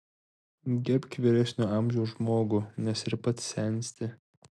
gerbk vyresnio amžiaus žmogų nes ir pats sensti